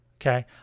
Okay